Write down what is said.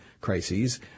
crises